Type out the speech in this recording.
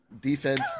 defense